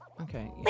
Okay